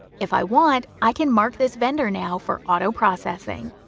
if i want i can mark this vendor now for auto processing.